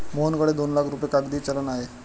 मोहनकडे दोन लाख रुपये कागदी चलन आहे